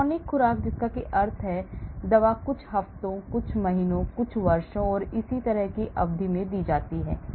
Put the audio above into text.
chronic खुराक जिसका अर्थ है कि दवा कुछ हफ्तों कुछ महीनों कुछ वर्षों और इसी तरह की अवधि में दी जाती है